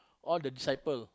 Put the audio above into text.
all the disciple